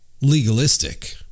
legalistic